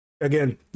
Again